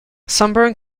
sunburn